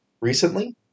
recently